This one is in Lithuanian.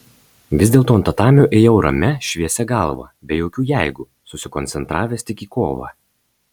vis dėlto ant tatamio ėjau ramia šviesia galva be jokių jeigu susikoncentravęs tik į kovą